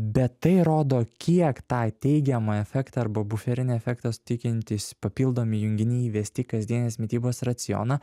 bet tai rodo kiek tą teigiamą efektą arba buferinį efektą suteikiantys papildomi junginiai įvesti į kasdienės mitybos racioną